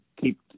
keep